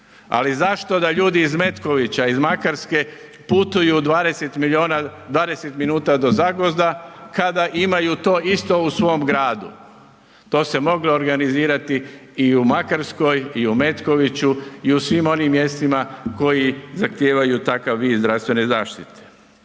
Ali zašto da ljudi iz Metkovića iz Makarska putuju 20 minuta do Zagvozda kada imaju to isto u svom gradu. To se moglo organizirati i u Makarskoj i u Metkoviću i u svim onim mjestima koji zahtijevaju takav vid zdravstvene zaštite.